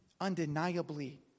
undeniably